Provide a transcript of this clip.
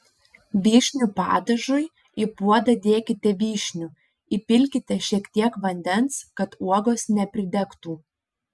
vyšnių padažui į puodą dėkite vyšnių įpilkite šiek tiek vandens kad uogos nepridegtų